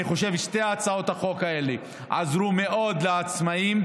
אני חושב ששתי הצעות החוק האלה עזרו מאוד לעצמאים.